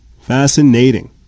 Fascinating